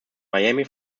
miami